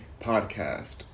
Podcast